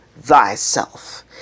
thyself